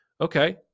Okay